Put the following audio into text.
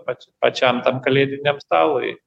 ypač pačiam tam kalėdiniam stalui